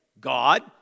God